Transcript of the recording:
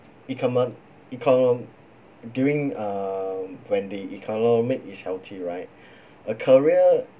ecomen~ ecom during um when the economic is healthy right a career